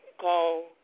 call